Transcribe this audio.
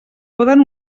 poden